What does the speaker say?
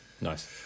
Nice